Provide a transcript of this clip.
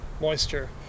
moisture